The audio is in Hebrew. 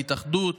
ההתאחדות